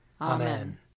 Amen